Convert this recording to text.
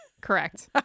Correct